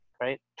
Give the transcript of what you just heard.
right